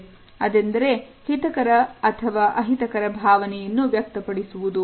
ಅದೆಂದರೆ ಹಿತಕರ ಅಥವಾ ಅಹಿತಕರ ಭಾವನೆಯನ್ನು ವ್ಯಕ್ತಪಡಿಸುವುದು